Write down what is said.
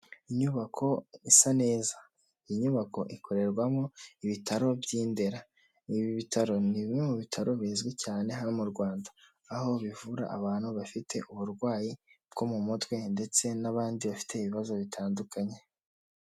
Inyubako isa neza. Iyi nyubako ikorerwamo ibitaro by' I Ndera. Ibi bitaro ni bimwe mu bitaro bizwi cyane hano mu Rwanda aho bivura abantu bafite uburwayi bwo mu mutwe ndetse n'abandi bafite ibibazo bitandukanye.